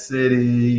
City